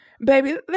Baby